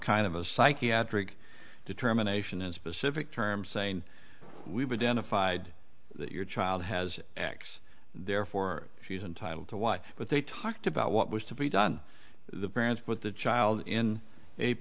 kind of a psychiatric determination as specific terms saying we've identified your child has x therefore she's entitled to watch but they talked about what was to be done the parents with the child in a